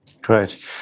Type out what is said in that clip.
great